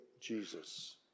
Jesus